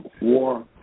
war